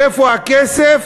איפה הכסף,